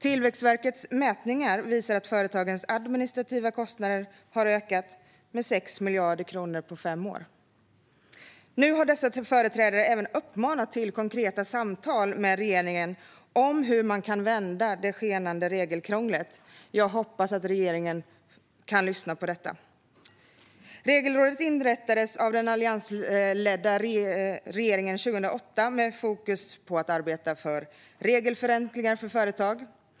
Tillväxtverkets mätningar visar att företagens administrativa kostnader har ökat med 6 miljarder kronor på fem år. Nu har dessa företrädare även uppmanat till konkreta samtal med regeringen om hur man kan vända det skenande regelkrånglet. Jag hoppas att regeringen kan lyssna på detta. Regelrådet inrättades av den alliansledda regeringen 2008 med fokus på att arbeta för regelförenklingar för företag.